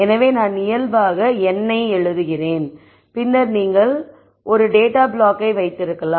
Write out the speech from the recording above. எனவே நான் இயல்பாக n ஐ எழுதுகிறேன் பின்னர் நீங்கள் ஒரு டேட்டா ப்ளாக்கை வைத்திருக்கலாம்